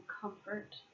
comfort